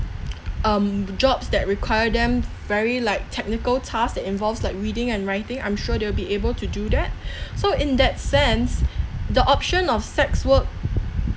um jobs that require them very like technical task that involves like reading and writing i'm sure they'll be able to do that so in that sense the option of sex work